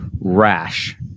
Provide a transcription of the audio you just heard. rash